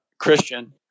christian